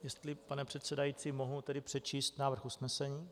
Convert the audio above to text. Jestli, pane předsedající, mohu přečíst návrh usnesení?